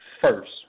first